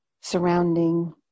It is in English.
surrounding